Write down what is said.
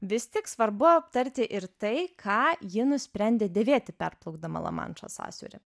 vis tik svarbu aptarti ir tai ką ji nusprendė dėvėti perplaukdama lamanšo sąsiaurį